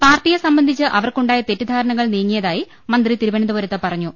പാർട്ടിയെ സംബന്ധിച്ച് അവർക്കുണ്ടായ തെറ്റിദ്ധാരണകൾ നീങ്ങിയതായി മന്ത്രി തിരുവന ന്തപുരത്ത് പറഞ്ഞു